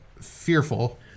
Fearful